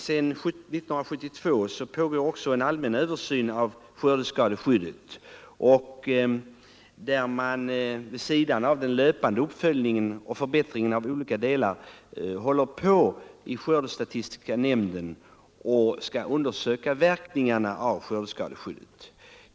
Sedan 1972 pågår också en allmän översyn av skördeskadeskyddet. Vid sidan av den löpande uppföljningen och förbättringen av skördeskadeskyddet håller skördestatistiska nämnden på och undersöker verkningarna av skördeskadeskyddet.